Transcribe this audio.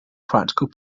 practical